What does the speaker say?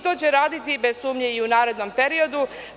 To će raditi bez sumnje i u narednom periodu.